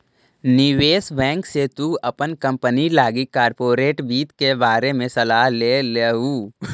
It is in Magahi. निवेश बैंक से तु अपन कंपनी लागी कॉर्पोरेट वित्त के बारे में सलाह ले लियहू